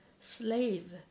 slave